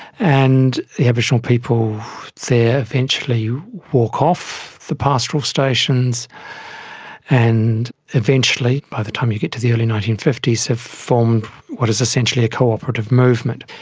and the aboriginal people there eventually walk off the pastoral stations and eventually, by the time you get to the early nineteen fifty s, have formed what is essentially a cooperative movement.